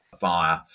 via